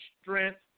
strength